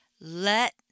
let